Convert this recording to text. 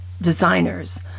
designers